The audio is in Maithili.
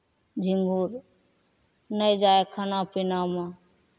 झिङ्गुर नहि जाय खाना पीनामे